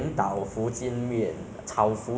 ah kovan 你懂那个